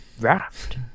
raft